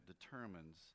determines